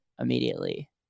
immediately